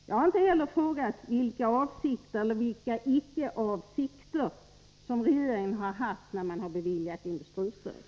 Jag har inte heller frågat vilka avsikter eller icke-avsikter som regeringen har haft när den har beviljat industristöd.